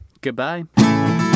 goodbye